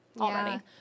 already